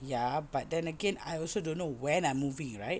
ya but then again I also don't know when I'm moving right